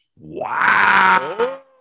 Wow